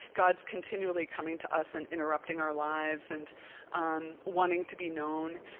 god is continually coming to us and interrupting our lives and um wanting to be known.